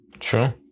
Sure